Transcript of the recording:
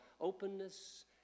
openness